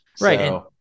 Right